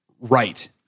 right